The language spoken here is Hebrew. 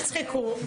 תצחקו,